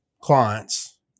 clients